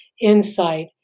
insight